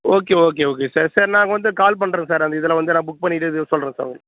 okay okay okay sir sir நாங்கள் வந்து call பண்ணுறேன் சார் அந்த இதில் வந்து நான் புக் பண்ணிட்டு இது சொல்கிறேன் சார் உங்களுக்கு